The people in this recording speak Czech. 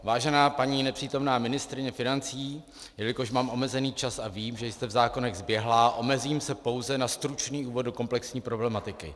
Vážená paní nepřítomná ministryně financí, jelikož mám omezený čas a vím, že jste v zákonech zběhlá, omezím se pouze na stručný úvod do komplexní problematiky.